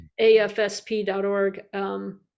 AFSP.org